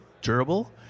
durable